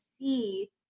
see